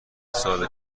سال